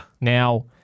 Now